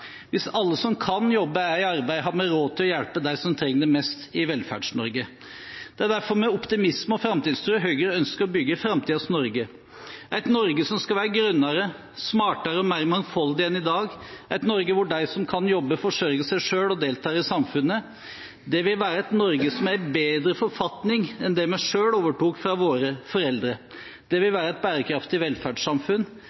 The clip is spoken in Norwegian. Hvis alle som kan jobbe, er i arbeid, har vi råd til å hjelpe dem som trenger det mest i Velferds-Norge. Det er derfor med optimisme og framtidstro Høyre ønsker å bygge framtidens Norge – et Norge som skal være grønnere, smartere og mer mangfoldig enn i dag, et Norge hvor de som kan jobbe, forsørger seg selv og deltar i samfunnet. Det vil være et Norge som er i bedre forfatning enn det vi selv overtok fra våre foreldre. Det vil